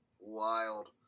Wild